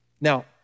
Now